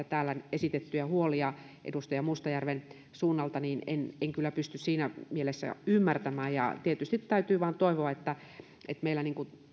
täällä esitettyjä huolia edustaja mustajärven suunnalta en en kyllä pysty siinä mielessä ymmärtämään tietysti täytyy vain toivoa että että meillä